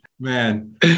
man